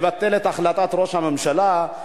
לבטל את החלטת ראש הממשלה,